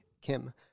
Kim